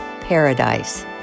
Paradise